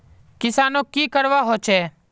किसानोक की करवा होचे?